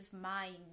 mind